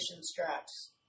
straps